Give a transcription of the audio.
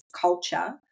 culture